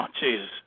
jesus